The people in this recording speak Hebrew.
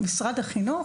החינוך,